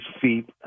feet